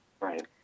Right